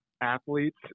athletes